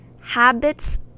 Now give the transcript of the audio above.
habits